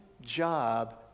job